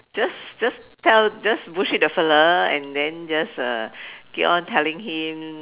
just just tell just bullshit the fellow and then just uh keep on telling him